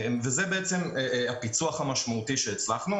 זה הפיצוח המשמעותי שהצלחנו.